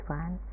one